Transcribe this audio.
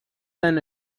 than